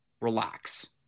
Relax